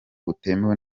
butemewe